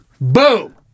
Boom